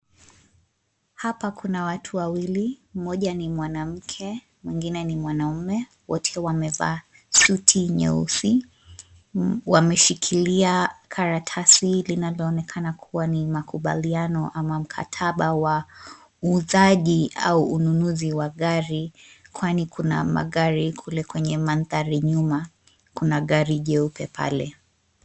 Hapa kuna watu wawili, mmoja ni mwanamke mwingine ni mwanaume. Wote wamevaa suti nyeusi. Wameshikilia karatasi linaloonekana kuwa ni makubaliano ama mkataba wa, uuzaji au ununzi wa gari, kwani kuna magari kule kwenye mandhari nyuma. Kuna gari jeupe pale.